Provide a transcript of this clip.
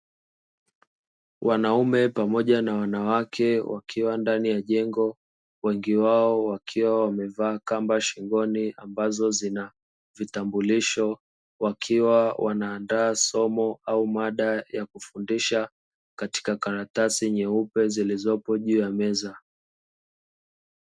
Wanaume pamoja na wanawake wakiwa ndani ya jengo wengi wao wakiwa wamevaa kamba shingoni ambazo zina vitambulisho, wakiwa wanaandaa somo au mada ya kufundisha katika karatasi nyeupe zilizopo juu ya meza.